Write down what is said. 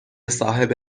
صاحب